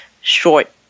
short